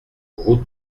route